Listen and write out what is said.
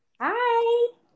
hi